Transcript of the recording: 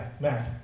Mac